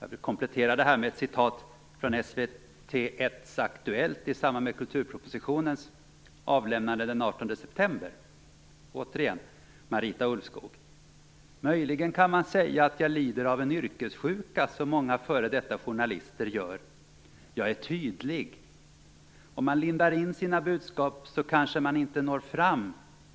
Jag vill komplettera detta med ett citat från SVT Marita Ulvskog: "Möjligen kan man säga att jag lider av en yrkessjuka som många före detta journalister gör. Jag är tydlig. Om man lindar in sina budskap så kanske man inte når fram